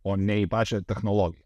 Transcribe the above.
o ne į pačią technologiją